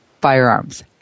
firearms